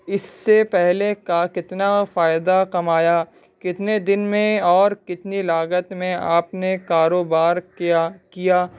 اس سے پہلے کا کتنا فائدہ کمایا کتنے دن میں اور کتنی لاگت میں آپ نے کاروبار کیا کیا